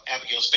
Abigail